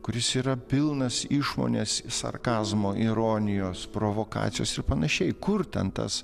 kuris yra pilnas išmonės sarkazmo ironijos provokacijos ir panašiai kur ten tas